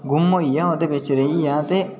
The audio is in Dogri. गुम होई गेआ हा ओह्दे बिच्च रेही गेआ हा ते